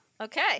okay